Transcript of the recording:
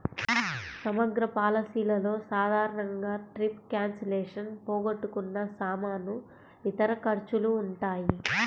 సమగ్ర పాలసీలలో సాధారణంగా ట్రిప్ క్యాన్సిలేషన్, పోగొట్టుకున్న సామాను, ఇతర ఖర్చులు ఉంటాయి